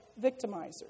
victimizers